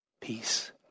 peace